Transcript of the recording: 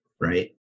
right